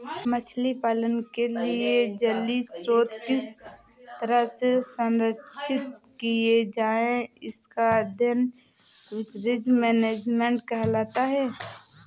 मछली पालन के लिए जलीय स्रोत किस तरह से संरक्षित किए जाएं इसका अध्ययन फिशरीज मैनेजमेंट कहलाता है